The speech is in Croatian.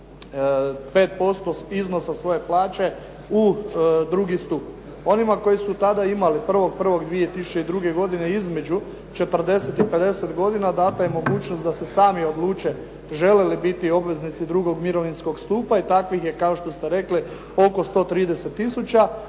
5% iznosa svoje plaće u drugi stup. Onima koji su tada imali 1.1.2002. godine između 40 i 50 godina dana je mogućnost da se sami odluče žele li biti obveznici drugog mirovinskog stupa i takvih je kao što ste rekli oko 130 tisuća